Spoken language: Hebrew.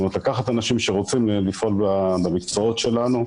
זאת אומרת לקחת אנשים שרוצים לפעול במקצועות שלנו,